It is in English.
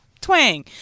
twang